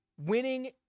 winning